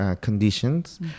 conditions